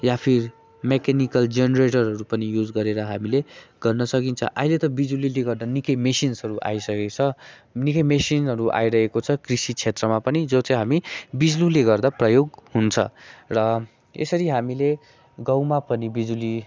या फिर मेकानिकल जेनरेटरहरू पनि युज गरेर हामीले गर्न सकिन्छ अहिले त बिजुलीले गर्दा निकै मिसिन्सहरू आइसकेको छ निकै मेसिनहरू आइरहेको छ कृषि क्षेत्रमा पनि जो चाहिँ हामी बिजुलीले गर्दा प्रयोग हुन्छ र यसरी हामीले गाउँमा पनि बिजुली